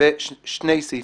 ושני סעיפים.